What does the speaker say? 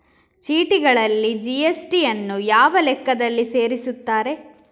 ಚೀಟಿಗಳಲ್ಲಿ ಜಿ.ಎಸ್.ಟಿ ಯನ್ನು ಯಾವ ಲೆಕ್ಕದಲ್ಲಿ ಸೇರಿಸುತ್ತಾರೆ?